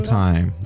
time